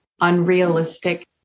unrealistic